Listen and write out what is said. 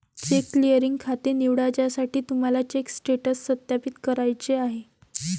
check clearing खाते निवडा ज्यासाठी तुम्हाला चेक स्टेटस सत्यापित करायचे आहे